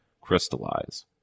crystallize